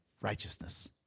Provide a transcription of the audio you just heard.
righteousness